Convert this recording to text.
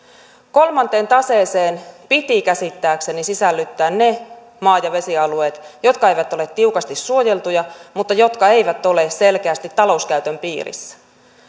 kolmanteen taseeseen piti käsittääkseni sisällyttää ne maa ja vesialueet jotka eivät ole tiukasti suojeltuja mutta jotka eivät ole selkeästi talouskäytön piirissä